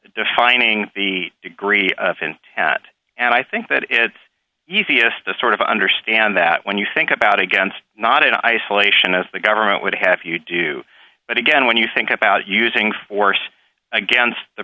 defining the degree and i think that it's easiest to sort of understand that when you think about against not in isolation as the government would have you do but again when you think about using force against the